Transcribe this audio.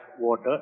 water